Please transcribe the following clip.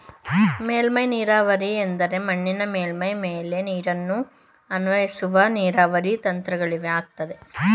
ಮೇಲ್ಮೈ ನೀರಾವರಿ ಎಂದರೆ ಮಣ್ಣಿನ ಮೇಲ್ಮೈ ಮೇಲೆ ನೀರನ್ನು ಅನ್ವಯಿಸುವ ನೀರಾವರಿ ತಂತ್ರಗಳಗಯ್ತೆ